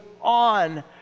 on